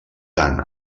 tant